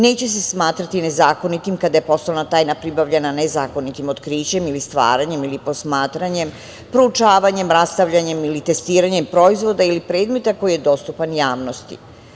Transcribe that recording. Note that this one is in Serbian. Neće se smatrati nezakonitim kada je poslovna tajna pribavljena nezakonitim otkrićem ili stvaranjem ili posmatranjem, proučavanjima, rastavljanjem ili testiranjem proizvoda ili predmeta koji je dostupan javnosti.